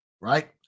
right